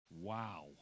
Wow